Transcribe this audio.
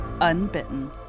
Unbitten